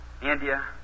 India